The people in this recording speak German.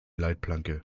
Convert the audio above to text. leitplanke